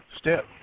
step